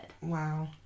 Wow